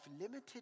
limited